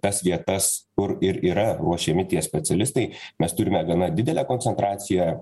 tas vietas kur ir yra ruošiami tie specialistai mes turime gana didelę koncentraciją